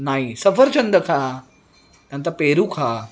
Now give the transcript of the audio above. नाही सफरचंद खा त्यानंतर पेरू खा